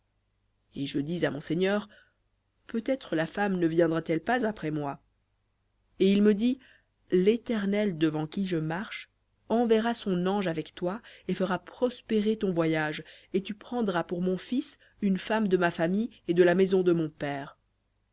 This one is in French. et je dis à mon seigneur peut-être la femme ne viendra-t-elle pas après moi et il me dit l'éternel devant qui je marche enverra son ange avec toi et fera prospérer ton voyage et tu prendras pour mon fils une femme de ma famille et de la maison de mon père